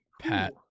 Pat